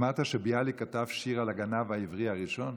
שמעת שביאליק כתב שיר על הגנב העברי הראשון?